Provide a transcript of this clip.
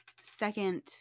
second